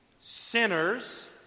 sinners